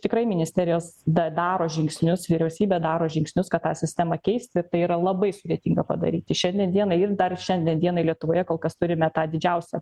tikrai ministerijos da daro žingsnius vyriausybė daro žingsnius kad tą sistemą keisti tai yra labai sudėtinga padaryti šiandien dienai ir dar šiandien dienai lietuvoje kol kas turime tą didžiausią